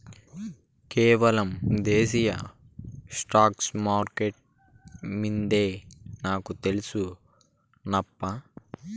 కేవలం దేశీయ స్టాక్స్ మార్కెట్లు మిందే నాకు తెల్సు నప్పా